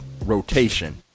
rotation